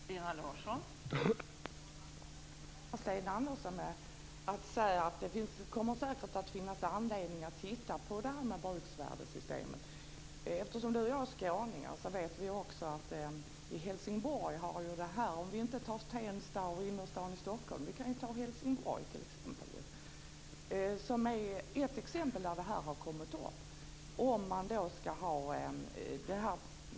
Fru talman! Jag kan glädja Sten Andersson med att säga att det säkert kommer att finnas anledning att titta på bruksvärdessystemet. Vi behöver inte ta Tensta och Stockholms innerstad som exempel. Eftersom Sten Andersson och jag är skåningar kan vi ta Helsingborg som exempel. Denna fråga har kommit upp där.